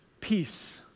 peace